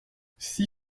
six